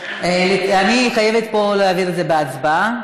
אני חייבת פה להעביר את זה בהצבעה.